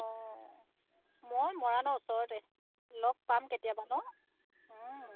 অঁ মই মৰাণৰ ওচৰতে লগ পাম কেতিয়াবা নহ্